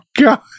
god